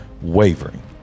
wavering